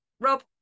Rob